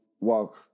walk